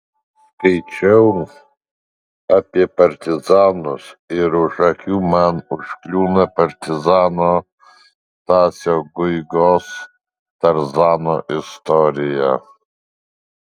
skaičiau apie partizanus ir už akių man užkliūna partizano stasio guigos tarzano istorija